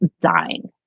dying